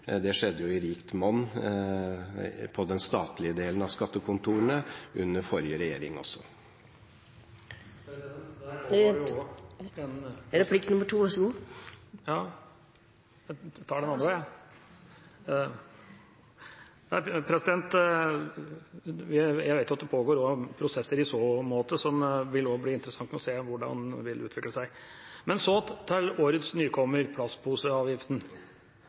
Det skjedde i rikt monn i den statlige delen av skattekontorene, også under forrige regjering. Jeg vet at det pågår prosesser i så måte som det vil bli interessant å se hvordan vil utvikle seg. Så til årets nykommer, plastposeavgiften.